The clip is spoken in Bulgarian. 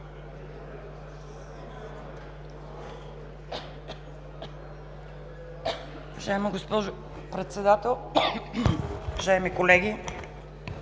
Уважаема госпожо Председател, уважаеми колеги